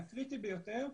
הקריטי ביותר,